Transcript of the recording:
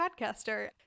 podcaster